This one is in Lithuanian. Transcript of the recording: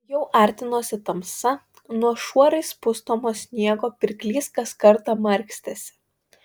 jau artinosi tamsa nuo šuorais pustomo sniego pirklys kas kartą markstėsi